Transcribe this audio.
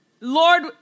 Lord